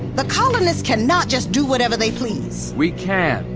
the colonists can not just do whatever they please! we can.